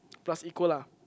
plus equal lah